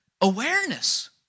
awareness